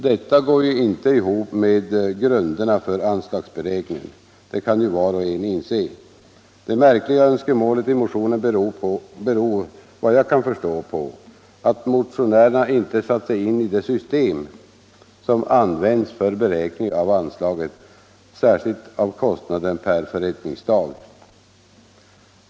Detta går ju inte ihop med grunderna för anslagsberäkningen. Det kan ju var och en inse. Det märkliga önskemålet i motionen beror vad jag kan förstå på att motionärerna inte satt sig in i det system som används för beräkning av anslaget, särskilt av kostnaden per förrättningsdag.